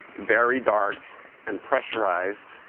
very dark and pressurized,